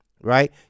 Right